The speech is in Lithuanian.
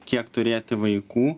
kiek turėti vaikų